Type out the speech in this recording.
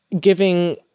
giving